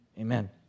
Amen